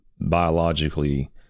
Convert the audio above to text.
biologically